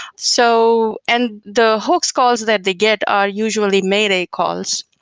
so and the hoax calls that they get are usually mayday calls,